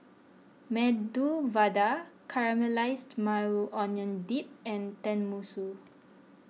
Medu Vada Caramelized Maui Onion Dip and Tenmusu